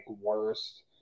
worst